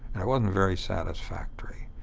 and it wasn't very satisfactory.